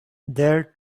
there